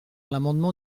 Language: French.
l’amendement